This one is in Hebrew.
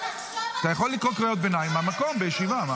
אתה יכול לקרוא קריאות ביניים מהמקום, בישיבה.